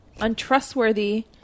untrustworthy